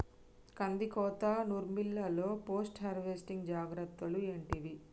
కందికోత నుర్పిల్లలో post harvesting జాగ్రత్తలు ఏంటివి?